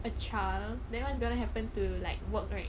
a child then what's gonna happen to like work right